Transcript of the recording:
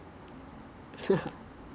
I don't know maybe just 难找人 lah